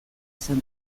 izan